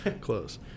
Close